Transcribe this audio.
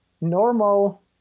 normal